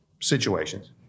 situations